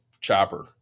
Chopper